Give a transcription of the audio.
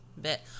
bit